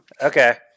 okay